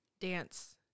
dance